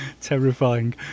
Terrifying